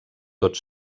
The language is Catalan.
tot